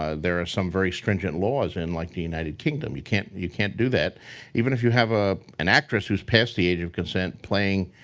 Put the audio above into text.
ah there are some very stringent laws in like, the united kingdom. you can't you can't do that even if you have ah an actress whose past the age of consent playing